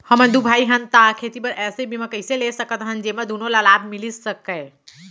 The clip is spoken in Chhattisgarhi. हमन दू भाई हन ता खेती बर ऐसे बीमा कइसे ले सकत हन जेमा दूनो ला लाभ मिलिस सकए?